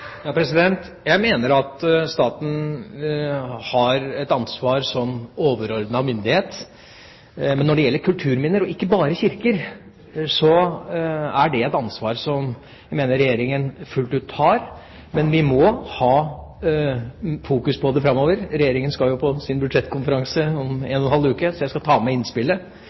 Jeg mener at staten har et ansvar som overordnet myndighet, men når det gjelder kulturminner, og ikke bare kirker, er det et ansvar jeg mener Regjeringa fullt ut tar, men vi må ha fokus på det framover. Regjeringa skal på sin budsjettkonferanse om én og en halv uke, så jeg skal ta med innspillet.